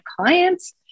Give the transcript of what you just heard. clients